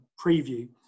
preview